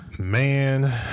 Man